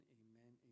amen